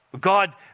God